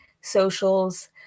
socials